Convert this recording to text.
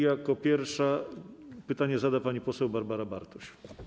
Jako pierwsza pytanie zada pani poseł Barbara Bartuś.